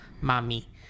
mommy